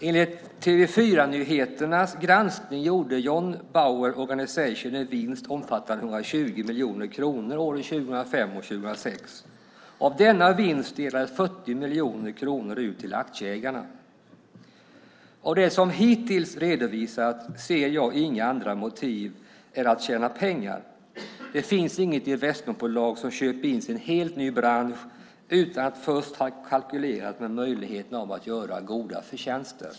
Enligt TV 4-nyheternas granskning gjorde John Bauer Organization en vinst på 120 miljoner kronor år 2005 och 2006. Av denna vinst delades 40 miljoner kronor ut till aktieägarna. Av det som hittills redovisats ser jag inga andra motiv än att tjäna pengar. Det finns inget investmentbolag som köper in sig i en helt ny bransch utan att först ha kalkylerat med möjligheten att göra goda förtjänster.